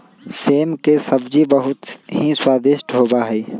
सेम के सब्जी बहुत ही स्वादिष्ट होबा हई